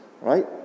right